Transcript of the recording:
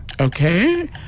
Okay